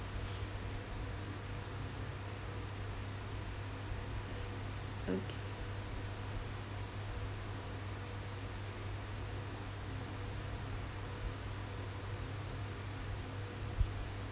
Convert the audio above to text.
okay